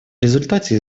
результате